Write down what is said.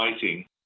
fighting